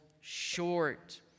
short